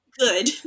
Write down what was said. good